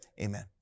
amen